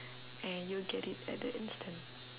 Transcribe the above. and you'll get it at the instant